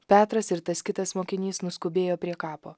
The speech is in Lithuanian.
petras ir tas kitas mokinys nuskubėjo prie kapo